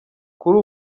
kuri